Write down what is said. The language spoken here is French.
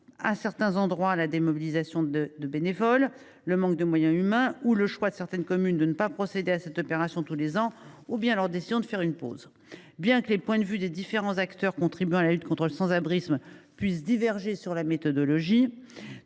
ce phénomène : la démobilisation de certains bénévoles, le manque de moyens humains, le choix de certaines communes de ne pas procéder à cette opération tous les ans ou encore leur décision de faire une pause. Bien que les points de vue des différents acteurs contribuant à la lutte contre le sans abrisme puissent diverger quant à la méthodologie